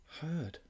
heard